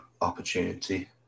opportunity